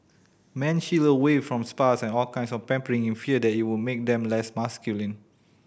men shied away from spas and all kinds of pampering in fear that it would make them less masculine